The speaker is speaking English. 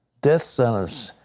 death sentence.